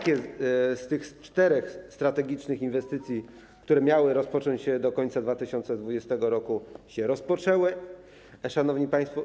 Które z czterech strategicznych inwestycji, które miały rozpocząć się do końca 2020 r., się rozpoczęły, szanowni państwo?